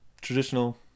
traditional